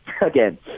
again